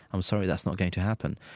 i'm sorry, that's not going to happen.